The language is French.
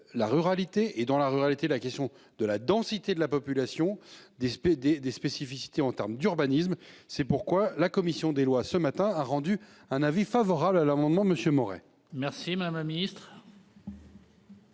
la ruralité et dans la ruralité, la question de la densité de la population des. Des spécificités en terme d'urbanisme. C'est pourquoi la commission des lois ce matin a rendu un avis favorable à l'amendement monsieur Moret. Merci ma main Ministre.